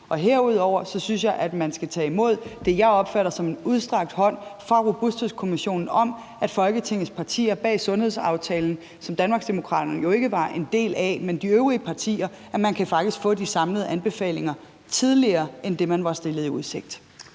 Herudover synes jeg, at man skal tage imod det, jeg opfatter som en udstrakt hånd fra Robusthedskommissionen om, at Folketingets partier bag sundhedsaftalen – som Danmarksdemokraterne jo ikke var en del af, men de øvrige partier var – faktisk kan få de samlede anbefalinger tidligere end det, man var stillet i udsigt.